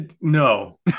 no